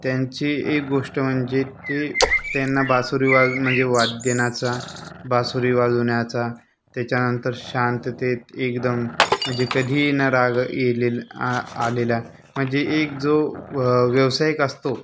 त्यांची एक गोष्ट म्हणजे ते त्यांना बासुरी वाज म्हणजे वादनाचा बासुरी वाजवण्याचा त्याच्यानंतर शांततेत एकदम म्हणजे कधीही न राग येलेला आलेला म्हणजे एक जो व्य व्यावसायिक असतो